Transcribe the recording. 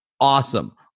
awesome